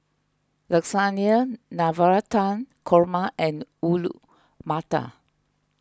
Lasagna Navratan Korma and Matar